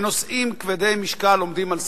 ונושאים כבדי משקל עומדים על סדר-היום.